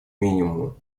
минимуму